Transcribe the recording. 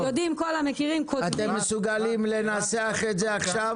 אתם מסוגלים לנסח את זה עכשיו?